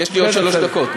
יש לי עוד שלוש דקות,